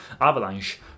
Avalanche